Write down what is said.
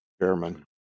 chairman